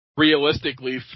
realistically